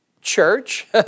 church